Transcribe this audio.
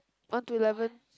one to eleven